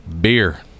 beer